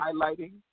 highlighting